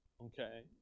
Okay